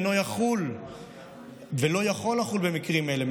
אינו יכול לחול במקרים אלה,